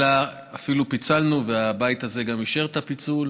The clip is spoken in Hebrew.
אלא אפילו פיצלנו, והבית הזה גם אישר את הפיצול,